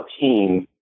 team